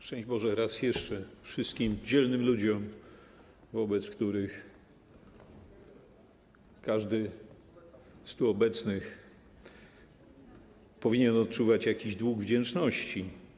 Szczęść Boże raz jeszcze wszystkim dzielnym ludziom, wobec których każdy z tu obecnych powinien odczuwać jakiś dług wdzięczności!